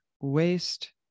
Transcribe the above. waste